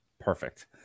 Perfect